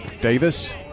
Davis